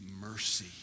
mercy